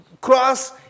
cross